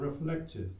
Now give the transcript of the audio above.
reflective